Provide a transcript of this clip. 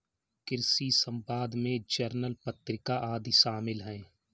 कृषि समवाद में जर्नल पत्रिका आदि शामिल हैं